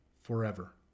forever